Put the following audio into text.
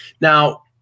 Now